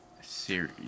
series